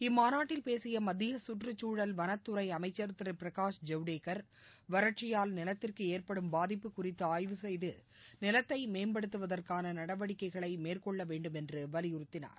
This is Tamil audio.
இம்மாநாட்டில் பேசிய மத்திய சுற்றுச்சூழல் வனத்துறை அமைச்சள் திரு பிரகாஷ் ஜவ்டேகள் வறட்சியால் நிலத்திற்கு ஏற்படும் பாதிப்பு குறித்து ஆய்வு செய்து நிலத்தை மேம்படுத்துவதற்கான நடவடிக்கைகளை மேற்கொள்ள வேண்டும் என்று வலியுறுத்தினார்